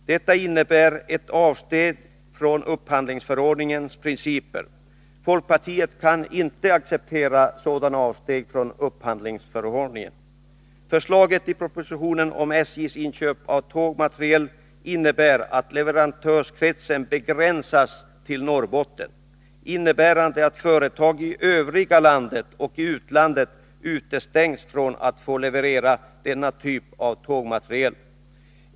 Detta innebär ett avsteg från upphandlingsförordningens principer. Folkpartiet kan inte acceptera sådana avsteg från upphandlingsförordningen. Förslaget i propositionen om SJ:s inköp av tågmateriel innebär att leverantörskretsen begränsas till Norrbotten. Företag i övriga landet och i utlandet utestängs från att leverera denna typ av tågmateriel.